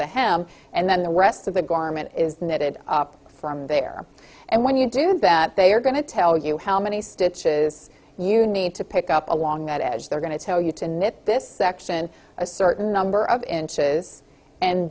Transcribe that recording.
the hem and then the rest of the garment is knitted up from there and when you do that they are going to tell you how many stitches you need to pick up along that edge they're going to tell you to knit this section a certain number of inches and